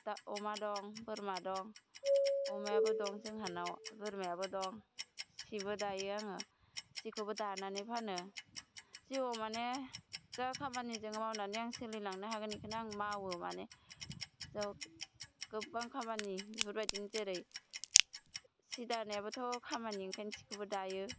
दा अमा दं बोरमा दं अमायाबो दं जोंहानाव बोरमायाबो दं सिबो दायो आङो सिखौबो दानानै फानो जिउआव माने जा खामानि जों मावनानै आं सोलिलांनो हागोन बिखौनो मावो माने गोबां खामानि बिफोरबायदिनो जेरै सि दानायाबोथ' खामानि ओंखायनो सिखौबो दायो